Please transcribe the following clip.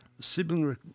sibling